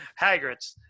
Hagrids